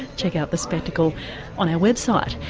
check out the spectacle on our website.